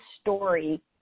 story